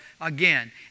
again